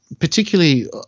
particularly